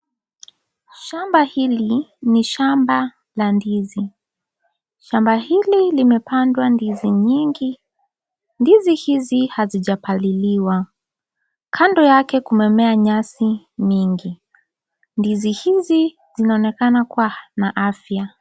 Shamba hili ni shamba la ndizi, shamba hili limepangwa ndizi nyingi, ndizi hizi hazijapaliliwa kando yake kumemea nyasi mingi, ndizi hizi zinaonekana kuwa na afya.